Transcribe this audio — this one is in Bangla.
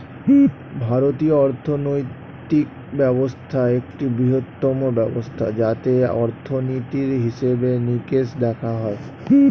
ভারতীয় অর্থনৈতিক ব্যবস্থা একটি বৃহত্তম ব্যবস্থা যাতে অর্থনীতির হিসেবে নিকেশ দেখা হয়